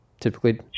typically